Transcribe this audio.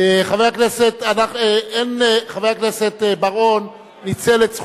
חבר הכנסת בר-און ניצל את הזכות,